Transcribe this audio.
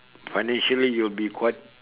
financially you will be quite